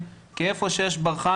כי איפה שיש ברחן,